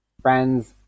Friends